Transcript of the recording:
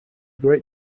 great